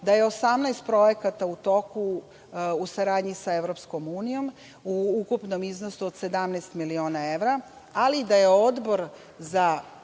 da je 18 projekata u toku u saradnji sa Evropskom unijom u ukupnom iznosu od 17 miliona evra, ali da je Odbor za